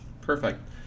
Perfect